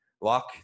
lock